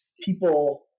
people